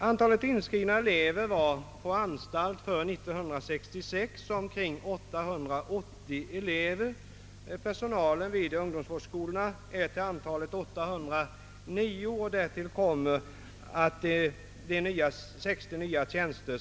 Antalet inskrivna elever på anstalt var år 1966 omkring 880, medan personalen vid ungdomsvårdsskolorna uppgick till 809 personer. Därtill kommer enligt riksdagens beslut 60 nya tjänster.